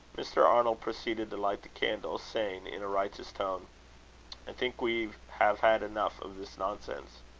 mr. arnold proceeded to light the candles, saying, in a righteous tone i think we have had enough of this nonsense.